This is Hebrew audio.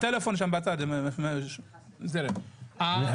להגיד, למה אני